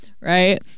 right